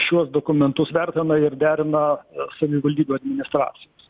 šiuos dokumentus vertina ir derina savivaldybių administracijos